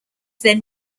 then